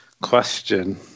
question